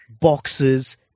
boxes